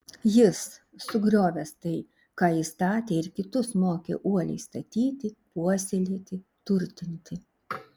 jis sugriovęs tai ką ji statė ir kitus mokė uoliai statyti puoselėti turtinti